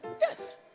Yes